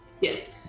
Yes